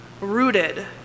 rooted